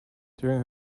during